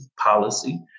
policy